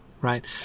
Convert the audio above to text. right